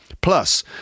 Plus